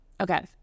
okay